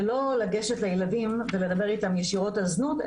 ולא לגשת לילדים ולדבר איתם ישירות על זנות,